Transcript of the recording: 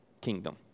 kingdom